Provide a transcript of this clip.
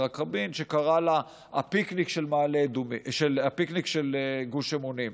שקרא לה "הפיקניק של גוש אמונים".